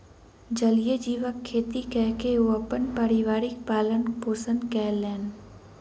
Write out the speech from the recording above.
जलीय जीवक खेती कय के ओ अपन परिवारक पालन पोषण कयलैन